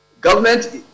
government